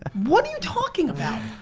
what are you talking about?